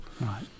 Right